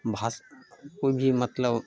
भाषा कोइ भी मतलब